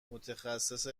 متخصص